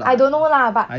I don't know lah but